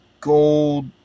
Gold